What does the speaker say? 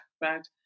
right